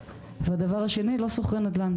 והדבר השני לא סוחרי נדל"ן,